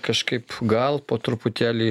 kažkaip gal po truputėlį